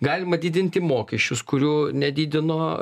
galima didinti mokesčius kurių nedidino